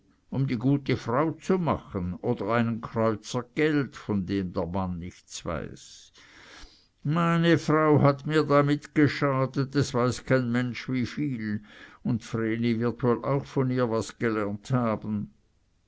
um die gute frau zu machen oder einen kreuzer geld von dem der mann nichts weiß meine frau hat mir damit geschadet es weiß kein mensch wie viel und vreni wird wohl von ihr was davon gelernt haben